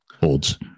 holds